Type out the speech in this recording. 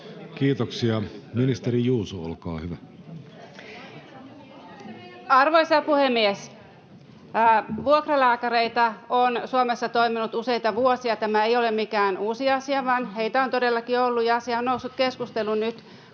sd) Time: 16:03 Content: Arvoisa puhemies! Vuokralääkäreitä on Suomessa toiminut useita vuosia. Tämä ei ole mikään uusi asia, vaan heitä on todellakin ollut. Asia on noussut keskusteluun nyt,